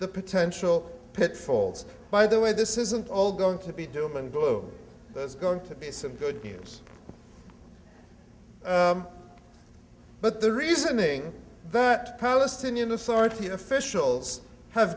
the potential pitfalls by the way this isn't all going to be doom and book that's going to be some good news but the reasoning that palestinian authority officials have